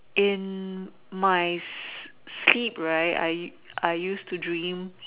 in my sleep right I I used to dream